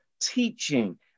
teaching